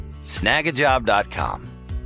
Snagajob.com